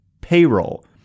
payroll